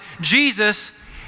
Jesus